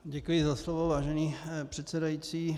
Děkuji za slovo, vážený předsedající.